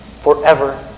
forever